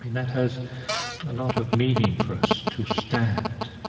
that has a lot of meaning for us, to stand